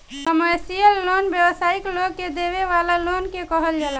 commercial loan व्यावसायिक लोग के देवे वाला लोन के कहल जाला